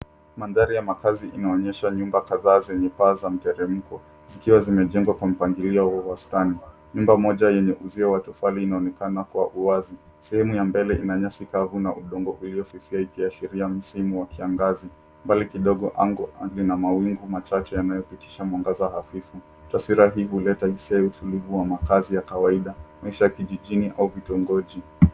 Mandhari ya makazi inaonyesha nyumba kadhaa zenye paa za mteremko zikiwa zimejengwa kwa mpangilio wa wastani. Nyumba moja yenye uzio wa tofali inaonekana kwa uwazi. Sehemu ya mbele ina nyasi kavu na udongo uliofifia ikiashiria msimu wa kiangazi. Mbali kidogo anga lina mawingu machache yanayopitisha mwangaza hafifu. Taswira hii huleta hisia ya utulivu wa makazi ya kawaida, maisha ya kijijini au vitongoji.